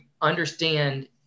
understand